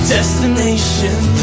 Destination